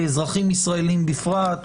באזרחים ישראלים בפרט,